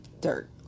dirt